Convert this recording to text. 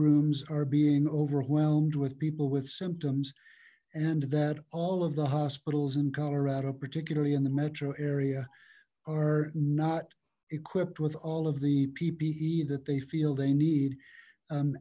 rooms are being overwhelmed with people with symptoms and that all of the hospitals in colorado particularly in the metro area are not equipped with all of the ppe that they feel they need